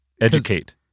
Educate